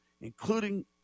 including